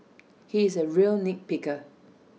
he is A real nit picker